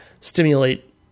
stimulate